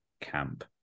camp